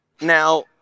Now